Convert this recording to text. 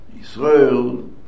Israel